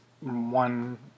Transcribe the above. one